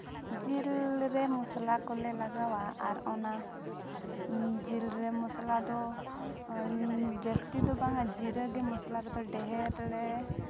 ᱡᱤᱞ ᱨᱮ ᱢᱚᱥᱞᱟ ᱠᱚᱞᱮ ᱞᱟᱜᱟᱣᱟ ᱟᱨ ᱚᱱᱟ ᱡᱤᱞ ᱨᱮ ᱢᱚᱥᱞᱟ ᱫᱚ ᱡᱟᱹᱥᱛᱤ ᱫᱚ ᱵᱟᱝᱼᱟ ᱡᱤᱨᱟᱹᱜᱮ ᱢᱚᱥᱞᱟ ᱨᱮᱫᱚ ᱰᱮᱦᱮᱨ ᱞᱮ